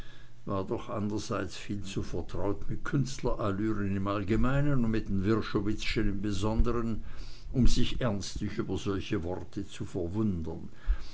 war doch andrerseits viel zu vertraut mit künstlerallüren im allgemeinen und mit den wrschowitzschen im besonderen um sich ernstlich über solche worte zu verwundern